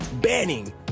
banning